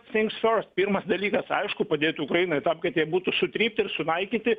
finks forst pirmas dalykas aišku padėti ukrainai tam kad jie būtų sutrypti ir sunaikyti